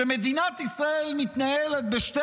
שמדינת ישראל מתנהלת בשתי